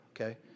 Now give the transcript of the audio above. Okay